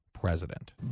president